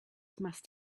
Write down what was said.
must